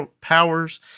Powers